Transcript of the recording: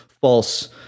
false